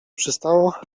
przystało